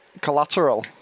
Collateral